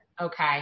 Okay